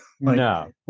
No